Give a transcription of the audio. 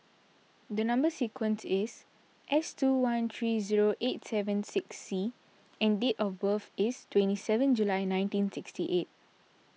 the Number Sequence is S two one three zero eight seven six C and date of birth is twenty seven July nineteen sixty eight